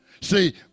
See